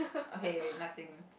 okay nothing